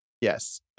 Yes